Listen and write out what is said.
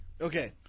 Okay